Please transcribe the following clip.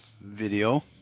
video